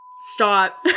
Stop